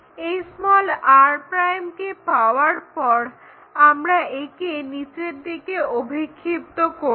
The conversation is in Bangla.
এই r' কে পাওয়ার পর আমরা একে নিচের দিকে অভিক্ষিপ্ত করব